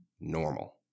normal